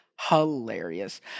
hilarious